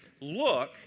look